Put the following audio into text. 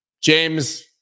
James